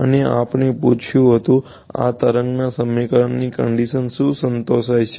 અને આપણે પૂછ્યું હતું કે આ તરંગના સમીકરણથી કંડીશન શું સંતોષાય છે